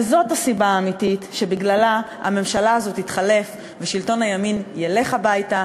וזאת הסיבה האמיתית שבגללה הממשלה הזאת תתחלף ושלטון הימין ילך הביתה,